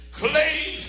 clay